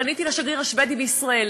פניתי לשגריר השבדי בישראל.